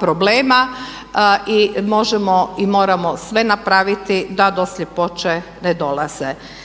problema i možemo i moramo sve napraviti da do sljepoće ne dođe.